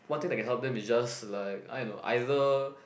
one thing that can help them is just like I know either